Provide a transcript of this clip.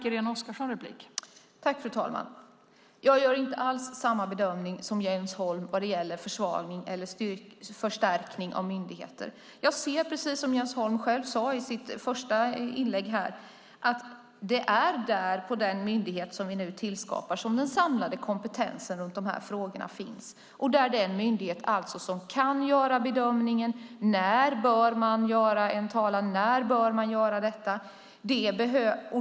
Fru talman! Jag gör inte alls samma bedömning som Jens Holm när det gäller försvagning eller förstärkning av myndigheter. Jag ser, som Jens Holm själv sade i sitt första inlägg, att det är på den myndighet som vi nu skapar som den samlade kompetensen i de här frågorna finns. Det är den myndighet som kan bedöma när man bör göra en talan.